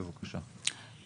בבקשה.